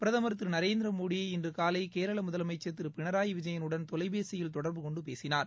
பிரதமர் திரு நரேந்திரமோடி இன்று காலை கேரள முதலமைச்சர் திரு பினராயி விஜயலுடன் தொலைபேசியில் தொடர்பு கொண்டு பேசினார்